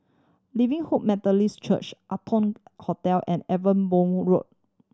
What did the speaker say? Living Hope Methodist Church Arton Hotel and Ewe Boon Road